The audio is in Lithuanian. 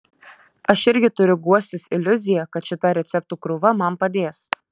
aš irgi turiu guostis iliuzija kad šita receptų krūva man padės